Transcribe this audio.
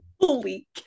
Holy